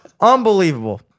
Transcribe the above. Unbelievable